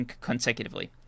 consecutively